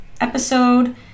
episode